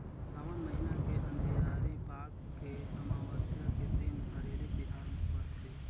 सावन महिना के अंधियारी पाख के अमावस्या के दिन हरेली तिहार परथे